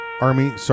Army